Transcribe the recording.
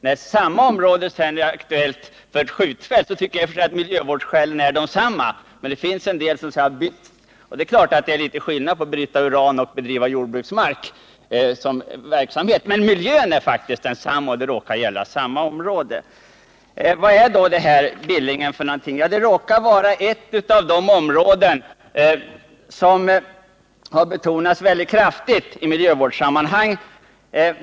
När samma område nu är aktuellt för ett skjutfält, kan man tycka att miljövårdsskälen är desamma. Men det finns en del människor som har bytt åsikt. Det är klart att det är litet skillnad på att bryta uran och ha ett övningsfält. Men det gäller samma område och miljön är densamma. Vad är då Billingen? Det råkar vara ett av de områden som har betonats väldigt kraftigt i miljövårdssammanhang.